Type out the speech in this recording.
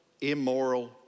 immoral